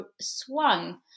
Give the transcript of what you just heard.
swung